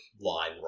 line